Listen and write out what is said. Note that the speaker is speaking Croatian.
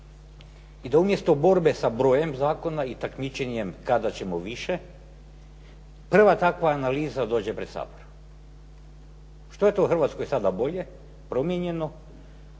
i da umjesto borbe sa brojem zakona i takmičenjem kada ćemo više prva takva analiza dođe pred Sabor. Što je to Hrvatskoj sada bolje, promijenjeno?